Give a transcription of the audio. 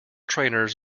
trainers